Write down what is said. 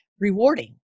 rewarding